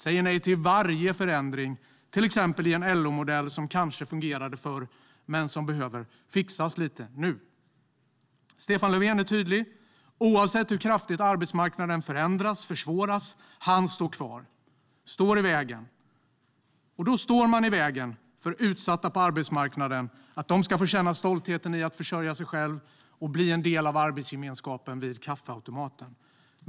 De säger nej till varje förändring, till exempel i en LO-modell som kanske fungerade förr men som behöver fixas lite nu. Stefan Löfven är tydlig: Oavsett hur kraftigt arbetsmarknaden förändras och försvåras står han kvar. Han står i vägen. Då står man i vägen för att utsatta på arbetsmarknaden ska få känna stoltheten i att försörja sig själv och bli en del av arbetsgemenskapen vid kaffeautomaten.